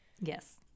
Yes